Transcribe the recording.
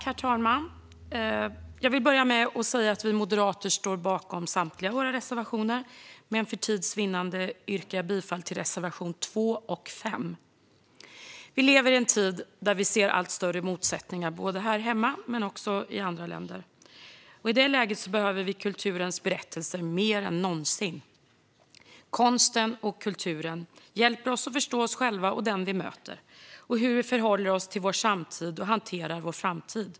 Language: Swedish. Herr talman! Vi moderater står bakom samtliga våra reservationer, men för tids vinnande yrkar jag bifall endast till reservation 2 och 5. Vi lever i en tid där vi ser allt större motsättningar, både här hemma och i andra länder. I det läget behöver vi kulturens berättelser mer än någonsin. Konsten och kulturen hjälper oss att förstå oss själva och den vi möter. De hjälper oss att förhålla oss till vår samtid och hantera vår framtid.